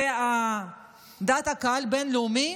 ודעת הקהל הבין-לאומית